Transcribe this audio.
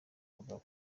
mugabo